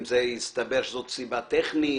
אם הסתבר שזו סיבה טכנית.